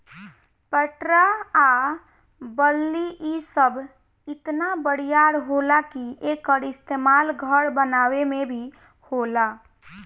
पटरा आ बल्ली इ सब इतना बरियार होला कि एकर इस्तमाल घर बनावे मे भी होला